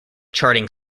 charting